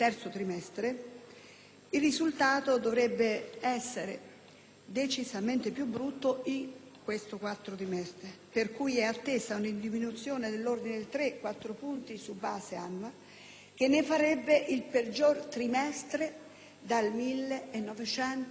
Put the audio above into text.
il risultato dovrebbe essere decisamente più brutto in questo quarto trimestre, quindi è attesa una diminuzione nell'ordine di tre-quattro punti percentuali su base annua, che ne farebbe il peggior trimestre dal 1982.